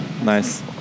Nice